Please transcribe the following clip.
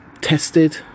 Tested